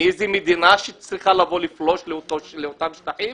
מאיזה מדינה שיכולה לפלוש לאותם השטחים